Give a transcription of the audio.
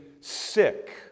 sick